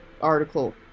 article